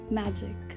magic